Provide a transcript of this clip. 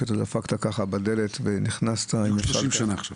כשאתה דפקת ככה בדלת ונכנסת --- בדיוק 30 שנה עכשיו.